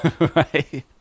Right